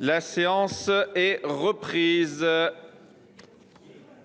La séance est reprise.